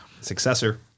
successor